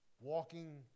Walking